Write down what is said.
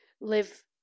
live